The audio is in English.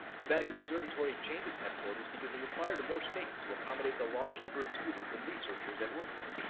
the vatican observatory changed its headquarters because they required the more space to accommodate the large number of students and researchers that work there.